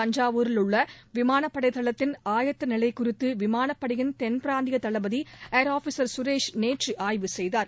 தஞ்சாவூரில் உள்ளவிமானப்படைத்தளத்தின் ஆயத்தநிலைகுறித்துவிமானப்படையின் தென்பிராந்தியதளபதி ஏர் ஆபீஸர் பிசுரேஷ் நேற்றுஆய்வு செய்தார்